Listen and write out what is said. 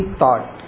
thought